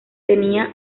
tenía